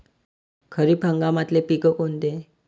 खरीप हंगामातले पिकं कोनते?